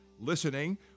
listening